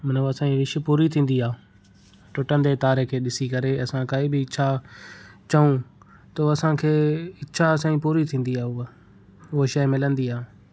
मतिलबु असांजी विश पूरी थींदी आहे टुटंदे तारे खे ॾिसी करे असां काई बि इच्छा चऊं त उहा असांखे इच्छा असांजी पूरी थींदी आहे उहा उहा शइ मिलंदी आहे